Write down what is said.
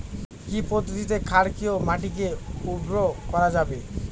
কি পদ্ধতিতে ক্ষারকীয় মাটিকে উর্বর করা যাবে?